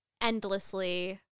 endlessly